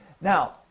Now